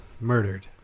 Murdered